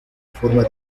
forma